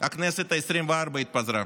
הכנסת העשרים-וארבע התפזרה.